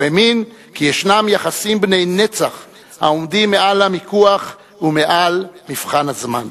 הוא האמין כי ישנם יחסים בני נצח העומדים מעל המיקוח ומעל מבחן הזמן.